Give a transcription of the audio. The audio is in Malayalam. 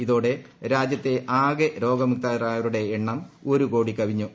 ഇതോടെ രാജ്യത്തെ ആകെ രോഗമുക്തരായവരുടെ എണ്ണം ഒരു കോടി കവിഞ്ഞു